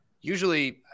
Usually